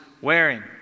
wearing